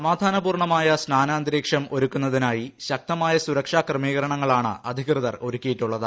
സമാധാന പൂർണമായ സ്നാന അന്തരീക്ഷം ഒരുക്കുന്നതിനായി ശക്തമായ സുരക്ഷാക്രമീകരണങ്ങളാണ് അധികൃതർ ഒരുക്കിയിട്ടുള്ളത്